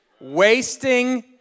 Wasting